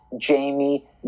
Jamie